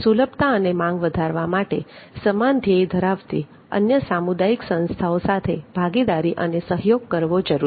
સુલભતા અને માંગ વધારવા માટે સમાન ધ્યેય ધરાવતી અન્ય સામુદાયિક સંસ્થાઓ સાથે ભાગીદારી અને સહયોગ કરવો જરૂરી છે